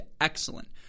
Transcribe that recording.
excellent